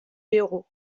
héros